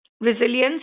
resilience